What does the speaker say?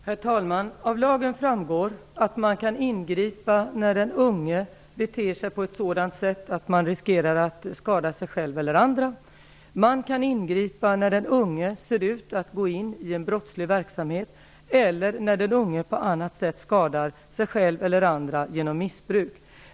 Herr talman! Av lagen framgår att man kan ingripa när den unge beter sig på ett sådant sätt att han eller hon riskerar att skada sig själv eller andra. Man kan ingripa när den unge ser ut att gå in i en brottslig verksamhet eller när den unge på annat sätt skadar sig själv eller andra genom missbruk.